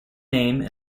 name